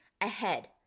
ahead